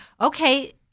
okay